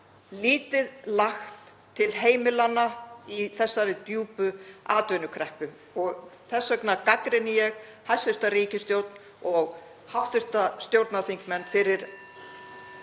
lítið lagt til heimilanna í þessari djúpu atvinnukreppu og þess vegna gagnrýni ég hæstv. ríkisstjórn og hv. stjórnarþingmenn fyrir